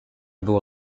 było